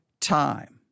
time